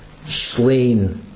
slain